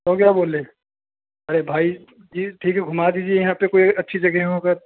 तो क्या बोलें अरे भाई जी ठीक है घुमा दीजिए यहाँ पर कोई अच्छी जगह हों अगर